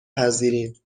پذیریم